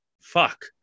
Fuck